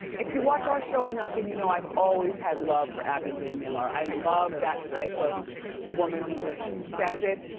if you watch our show enough then you know i've always had love for abby lee miller. i love that type of woman who just says it,